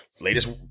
latest